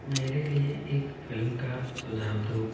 मेरे लिए एक फिल्म का सुझाव दो